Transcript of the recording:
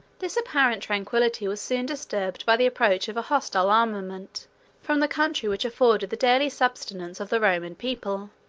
this apparent tranquillity was soon disturbed by the approach of a hostile armament from the country which afforded the daily subsistence of the roman people.